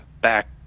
back